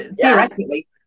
theoretically